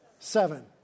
Seven